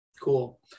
Cool